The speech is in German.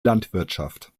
landwirtschaft